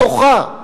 בתוכה,